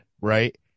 right